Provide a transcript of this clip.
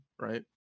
right